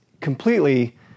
completely